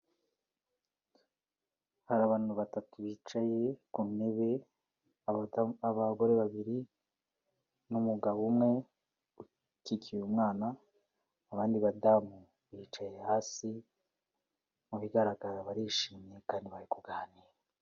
Hari abantu batatu bicaye ku ntebe, abagore babiri n'umugabo umwe ukikiye umwana, abandi badamu bicaye hasi mubigaragara barishimye kandi bari kuganira.